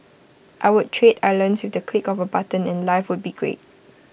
I would trade islands with the click of A button and life would be great